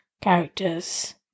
characters